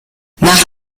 nach